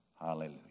Hallelujah